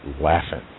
laughing